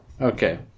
Okay